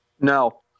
No